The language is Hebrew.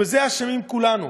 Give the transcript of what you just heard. ובזה אשמים כולנו.